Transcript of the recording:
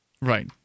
Right